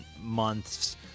months